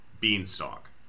beanstalk